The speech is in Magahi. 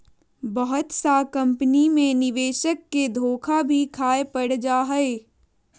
बहुत सा कम्पनी मे निवेशक के धोखा भी खाय पड़ जा हय